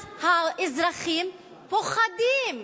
אז האזרחים פוחדים.